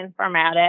informatics